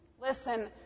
Listen